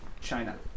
China